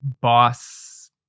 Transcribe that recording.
boss